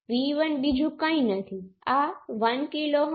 તેથી તેમની પાસે કેટલીક સંખ્યાઓ છે જે જરૂરી નથી કે એકબીજાની સમાન હોય